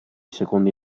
secondi